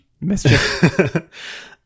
mischief